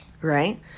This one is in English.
right